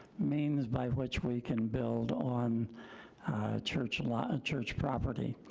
means by which we can build on church lot, and church property.